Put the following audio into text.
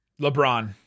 LeBron